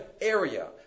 area